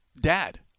dad